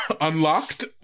unlocked